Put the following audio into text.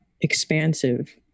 expansive